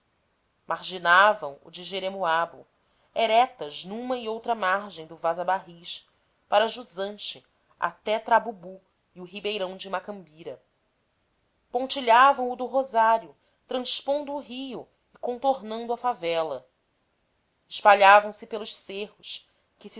marginavam o de jeremoabo erectas numa e outra margem do vaza barris para jusante até trabubu e o ribeirão de macambira pontilhavam o do rosário transpondo o rio e contornando a favela espalhavam-se pelos cerros que